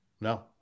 No